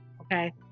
okay